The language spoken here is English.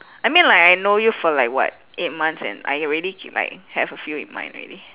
I mean like I know you for like what eight months and I already c~ like have a few in mind already